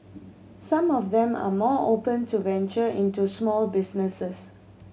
some of them are more open to venture into small businesses